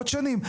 עוד שנים.